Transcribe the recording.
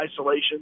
isolation